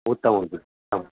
उत्तमं जि आं